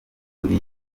muri